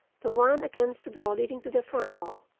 the one against the door leading to the front hall,